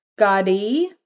Gaudi